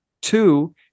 Two